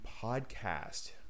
podcast